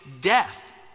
death